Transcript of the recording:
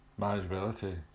Manageability